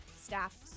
Staff